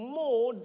more